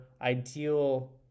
ideal